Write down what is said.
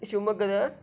ಶಿವಮೊಗ್ಗದ